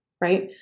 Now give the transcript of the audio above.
Right